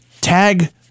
tag